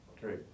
great